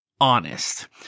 honest